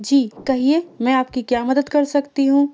جی کہیے میں آپ کی کیا مدد کر سکتی ہوں